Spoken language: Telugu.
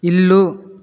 ఇల్లు